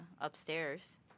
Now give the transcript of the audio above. upstairs